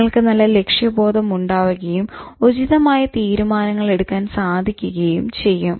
നിങ്ങൾക്ക് നല്ല ലക്ഷ്യബോധം ഉണ്ടാവുകയും ഉചിതമായ തീരുമാനങ്ങൾ എടുക്കാൻ സാധിക്കുകയും ചെയ്യും